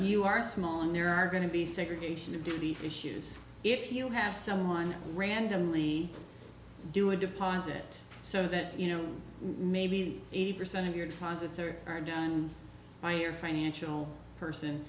you are small and there are going to be segregation of duty issues if you have someone randomly do a deposit so that you know maybe eight percent of your deposits are done by your financial person